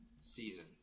season